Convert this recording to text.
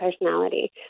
personality